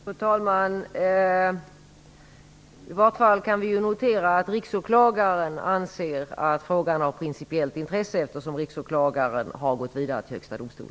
Fru talman! Vi kan i vart fall notera att Riksåklagaren anser att frågan är av principiellt intresse, eftersom Riksåklagaren har gått vidare till